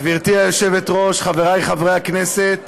גברתי היושבת-ראש, חברי חברי הכנסת,